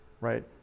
right